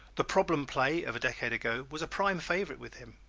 the problem play of a decade ago was a prime favorite with him.